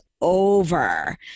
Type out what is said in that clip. over